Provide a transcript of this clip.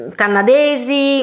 canadesi